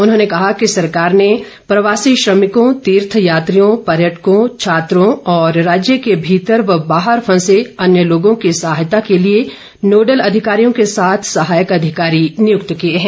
उन्होंने कहा कि सरकार ने प्रवासी श्रमिकों तीर्थयात्रियों पर्यटकों छात्रों और राज्य के भीतर व बाहर फंसे अन्य लोगों की सहायता के लिए नोडल अधिकारियों के साथ सहायक अधिकारी नियुक्त किए हैं